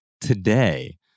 today